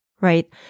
right